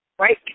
Right